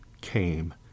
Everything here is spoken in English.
came